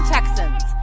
Texans